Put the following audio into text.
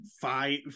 five